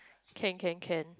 can can can